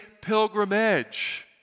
pilgrimage